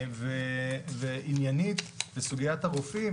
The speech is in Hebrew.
ועניינית לסוגיית הרופאים,